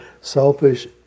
selfish